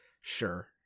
sure